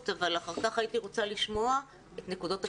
אבל אחר כך הייתי רוצה לשמוע את נקודות הקצה,